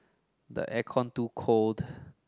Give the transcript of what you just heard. the aircon too cold